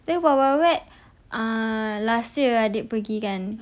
then wild wild wet last year ada pergi kan